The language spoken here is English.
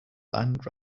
land